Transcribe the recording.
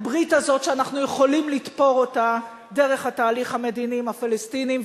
הברית הזאת שאנחנו יכולים לתפור דרך התהליך המדיני עם הפלסטינים,